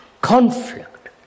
conflict